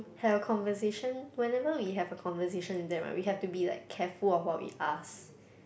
had a conversation whenever we have a conversation with them [right] we have to be like careful of what we ask